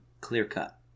clear-cut